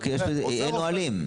רק שיהיו נהלים.